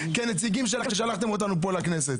כנציגים שלכם ששלחתם אותנו לכאן לכנסת.